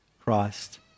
Christ